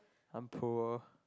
I'm poor